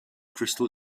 crystal